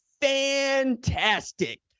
fantastic